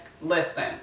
Listen